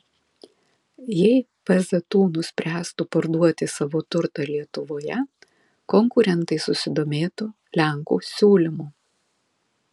jei pzu nuspręstų parduoti savo turtą lietuvoje konkurentai susidomėtų lenkų siūlymu